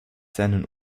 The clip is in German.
seinen